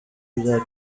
bya